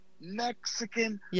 Mexican